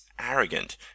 arrogant